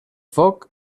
foc